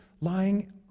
lying